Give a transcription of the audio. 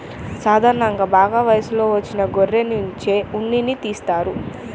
సాధారణంగా బాగా వయసులోకి వచ్చిన గొర్రెనుంచి మాత్రమే ఉన్నిని తీస్తారు